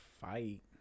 fight